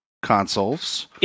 Consoles